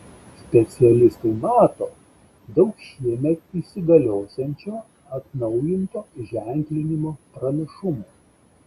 specialistai mato daug šiemet įsigaliosiančio atnaujinto ženklinimo pranašumų